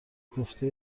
کوفته